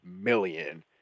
million